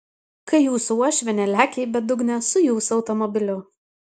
kai jūsų uošvienė lekia į bedugnę su jūsų automobiliu